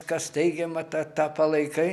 kas teigiama ta ta palaikai